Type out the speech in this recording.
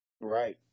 Right